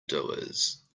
doers